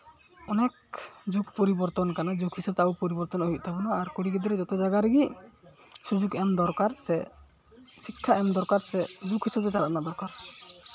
ᱚᱱᱮᱠ ᱡᱩᱜᱽ ᱯᱚᱨᱤᱵᱚᱨᱛᱚᱱ ᱠᱟᱱᱟ ᱡᱩᱜᱽ ᱦᱤᱥᱟᱹᱵ ᱛᱮ ᱟᱵᱚ ᱯᱚᱨᱤᱵᱚᱨᱛᱚᱱᱚᱜ ᱦᱩᱭᱩᱜ ᱛᱟᱵᱚᱱᱟ ᱟᱨ ᱠᱩᱲᱤ ᱜᱤᱫᱽᱟᱹ ᱡᱚᱛᱚ ᱡᱟᱭᱜᱟ ᱨᱮᱜᱮ ᱥᱩᱡᱳᱜᱽ ᱮᱢ ᱫᱚᱨᱠᱟᱨ ᱥᱮ ᱥᱤᱠᱠᱷᱟ ᱮᱢ ᱫᱚᱨᱠᱟᱨ ᱥᱮ ᱡᱩᱜᱽ ᱦᱤᱥᱟᱹᱵ ᱛᱮ ᱪᱟᱞᱟᱜ ᱨᱮᱱᱟᱜ ᱫᱚᱨᱠᱟᱨ